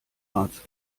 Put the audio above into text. arzt